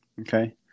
Okay